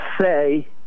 say